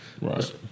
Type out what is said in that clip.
Right